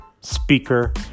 speaker